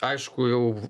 aišku jau